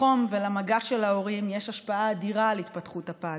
לחום ולמגע של ההורים יש השפעה אדירה על התפתחות הפג.